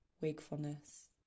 wakefulness